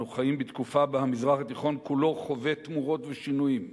אנו חיים בתקופה שבה המזרח התיכון כולו חווה תמורות ושינויים.